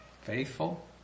Faithful